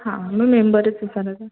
हां मी मेंबरच विचारत आहे